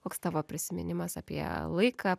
koks tavo prisiminimas apie laiką